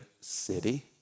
city